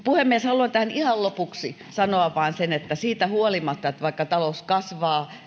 puhemies haluan tähän ihan lopuksi vain sanoa sen että siitä huolimatta että talous kasvaa